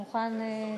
אני מוכן לוותר,